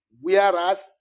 Whereas